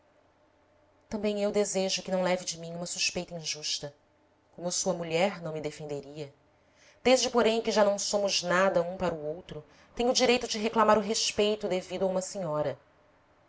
também eu desejo que não leve de mim uma suspeita injusta como sua mulher não me defenderia desde porém que já não somos nada um para o outro tenho direito de reclamar o respeito devido a uma senhora